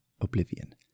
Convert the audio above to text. oblivion